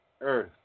earth